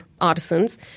artisans